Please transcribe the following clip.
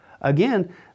Again